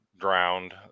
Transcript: drowned